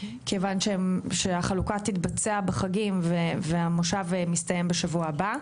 כיוון שהחלוקה תתבצע בחגים והמושב מסתיים בשבוע הבא.